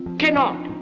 cannot,